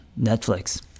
Netflix